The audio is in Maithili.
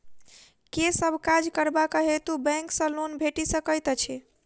केँ सब काज करबाक हेतु बैंक सँ लोन भेटि सकैत अछि?